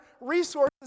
resources